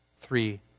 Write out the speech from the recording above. three